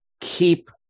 keep